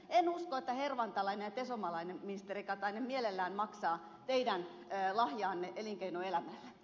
en usko että hervantalainen ja tesomalainen ministeri katainen mielellään maksaa teidän lahjaanne elinkeinoelämälle